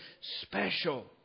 special